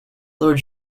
lord